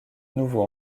nouveau